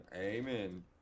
Amen